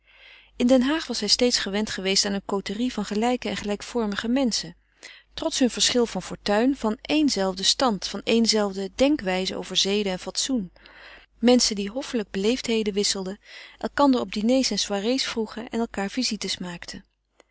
in den haag was zij steeds gewend geweest aan een côterie van gelijk en gelijkvormige menschen trots hun verschil van fortuin van éen zelfde denkwijze over zeden en fatsoen menschen die hoffelijk beleefdheden wisselden elkander op diners en soirées vroegen en elkaâr visites maakten